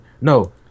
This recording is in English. no